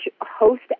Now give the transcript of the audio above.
host